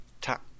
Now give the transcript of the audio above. tap